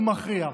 הוא מכריע.